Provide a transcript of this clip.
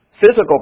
Physical